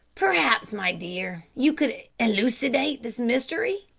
perhaps, my dear, you could elucidate this mystery.